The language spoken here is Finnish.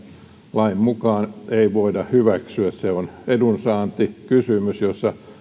lain mukaan ei voida hyväksyä se on edunsaantikysymys jossa